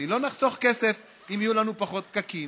לא נחסוך כסף אם יהיו לנו פחות פקקים,